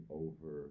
over